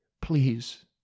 Please